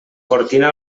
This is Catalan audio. cortina